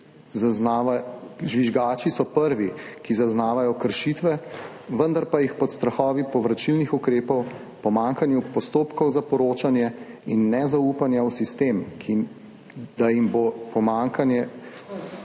interesu. Žvižgači so prvi, ki zaznavajo kršitve, vendar pa se jih pod strahovi povračilnih ukrepov, pomanjkanja postopkov za poročanje in nezaupanja v sistem, da jim bo zagotovljena